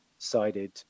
sided